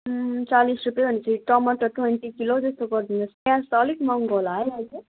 चालिस रुपियाँ भनेपछि टमाटर ट्वेन्टी किलो जस्तो गरिदिनुहोस् प्याज त अलिक महँगो होला है अहिले